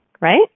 right